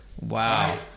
Wow